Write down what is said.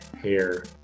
Hair